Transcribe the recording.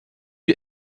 you